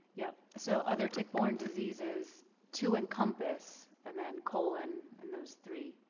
yep. so other tick-borne diseases to encompass and then colon and those three